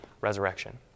resurrection